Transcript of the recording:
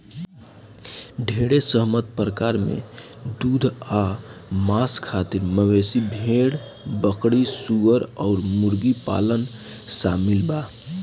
ढेरे सहमत प्रकार में दूध आ मांस खातिर मवेशी, भेड़, बकरी, सूअर अउर मुर्गी पालन शामिल बा